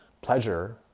pleasure